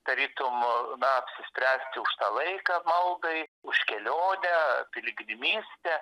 tarytum na apsispręsti už tą laiką maldai už kelionę piligrimystę